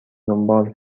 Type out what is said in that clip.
دنبال